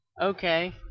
Okay